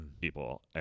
People